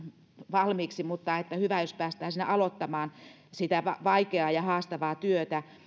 valmiiksi mutta hyvä jos päästään aloittamaan sitä vaikeaa ja haastavaa työtä